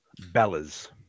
Bellas